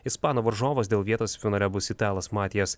ispano varžovas dėl vietos finale bus italas matijas